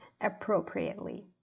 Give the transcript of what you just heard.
appropriately